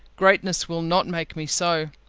greatness will not make me so.